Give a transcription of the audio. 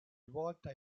volta